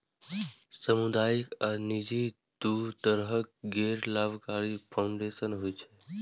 सामुदायिक आ निजी, दू तरहक गैर लाभकारी फाउंडेशन होइ छै